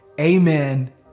Amen